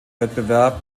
wettbewerb